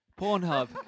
Pornhub